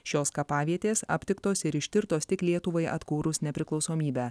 šios kapavietės aptiktos ir ištirtos tik lietuvai atkūrus nepriklausomybę